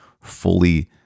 fully